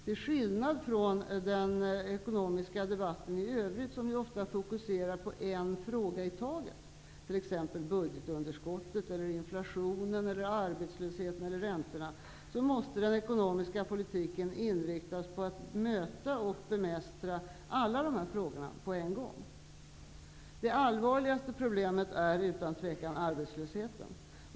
Till skillnad från den ekonomiska debatten i övrigt, som ofta fokuserar på en fråga i taget, t.ex. budgetunderskottet, inflationen, arbetslösheten eller räntorna, måste den ekonomiska politiken inriktas på att möta och bemästra alla dessa frågor på en gång. Det allvarligaste problemet är utan tvekan arbetslösheten.